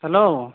hello